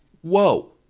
Whoa